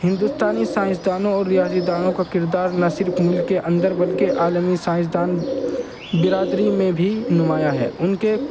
ہندوستانی سائنس دانوں اور ریاضی دانوں کا کردار نہ صرف ملک کے اندر بلکہ عالمی سائنس دان برادری میں بھی نمایاں ہے ان کے